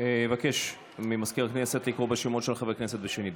אבקש ממזכיר הכנסת לקרוא בשמות חברי הכנסת בשנית,